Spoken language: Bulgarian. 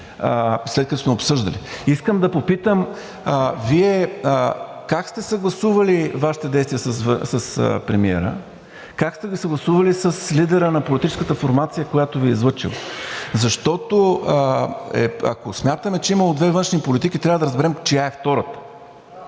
след като сме обсъждали? Искам да попитам Вие как сте съгласували Вашите действия с премиера, как сте ги съгласували с лидера на политическата формация, която Ви е излъчила, защото, ако смятаме, че е имало две външни политики, трябва да разберем чия е втората?